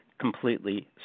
completely